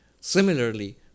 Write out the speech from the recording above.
Similarly